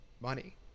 money